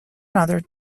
another